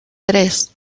tres